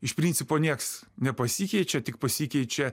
iš principo nieks nepasikeičia tik pasikeičia